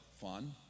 fun